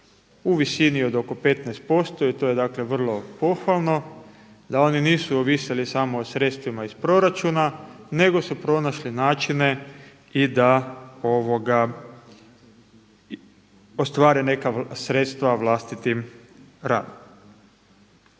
u visini od oko 15% i to je vrlo pohvalno da oni nisu ovisili samo o sredstvima iz proračuna nego su pronašli načine i da ostvare neka sredstva vlastitim radom.